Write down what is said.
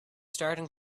starting